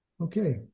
Okay